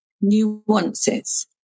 nuances